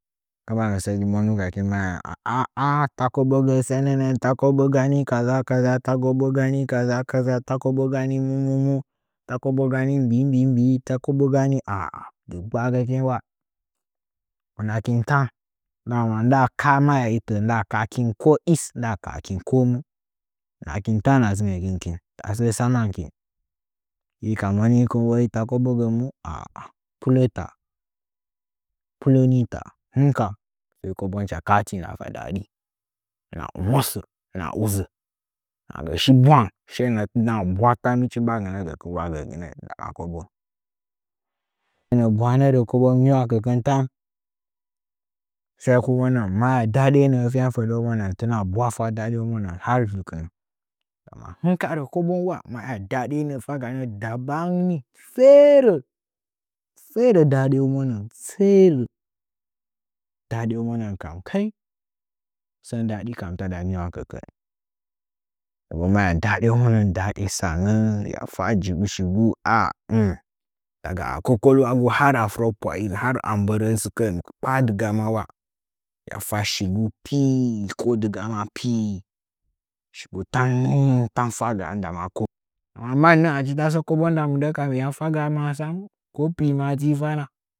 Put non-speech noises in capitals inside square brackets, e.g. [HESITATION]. Aki no nugakin maya aaa ta kobo gɚ sɚnɚ nɚɚ ta koba gani kaza kaza ta kobo gani kaza kaza ta kobo gani mumu ta kobo gani mbii mbi’i aa dɨgbagɚkin wa unakin tan ta ka’a maya i tɚɚ nta kaakin ko [HESITATION] da kalakin komu una kintan a dzɨngɚkin hi ka monikɨn ta kobo gɚmu aa pule pule nitaa sai kobon na kaati na fa daɗi hɨna ɨmosɚ hɨna udzɚ hɨna gɚ shin bwang nɚɚ tina bwa tammich mbagina gɚgɚnɚjwa gɚtɨnɚ dɨ kobo naa bwana rɚ kobon nyiawakɚkin ta sai kobon [UNINTELLIGIBLE] ɗaɗe nɚɚ fan fɚdɚ ungɚn tɨna bwa fa maya dadeunɚgɚn ha dɨkinɚ ndama hɨn ka rɚ koban wa maya dade nɚɚ faganɚ dabang ni fere fe fere daɗunɚ gɚn fere dadeunekam fere hikam taɗa nyiu wakɚkin maya daɗennɚ en daɗe tsangɚ hɨga fa shigu a [HESITATION] daga a kobolwa gu har a furpwaigu ha a mbɚrɚ sɨkɚnkpa dɨgamawa hɨya fa shi ga [HESITATION] dɨgama [HESITATION] shigu ni tan faga a [HESITATION] mannɚ achi mannɚ achi tasɚ kobo nda mɨndɚn makin yam faga ma sam. [UNINTELLIGIBLE]